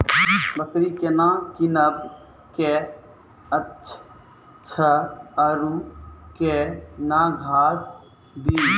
बकरी केना कीनब केअचछ छ औरू के न घास दी?